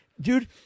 Dude